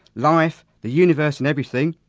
life, the universe and everything.